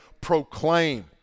proclaim